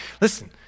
listen